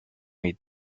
eat